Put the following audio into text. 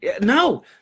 No